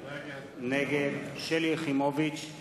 נגד שלי יחימוביץ,